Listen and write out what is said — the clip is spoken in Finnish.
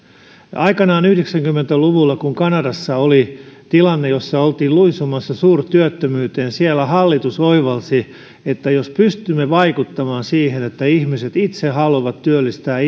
aikanaan kun yhdeksänkymmentä luvulla kanadassa oli tilanne jossa oltiin luisumassa suurtyöttömyyteen niin siellä hallitus oivalsi että jos pystymme vaikuttamaan siihen että ihmiset itse haluavat työllistää